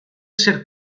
ser